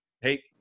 hey